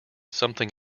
something